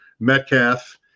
Metcalf